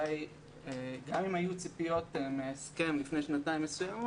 גם אם היו ציפית מסוימות מההסכם לפני שנתיים,